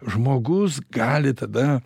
žmogus gali tada